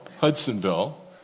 Hudsonville